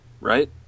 right